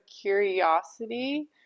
curiosity